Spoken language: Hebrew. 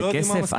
זה כסף?